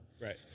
Right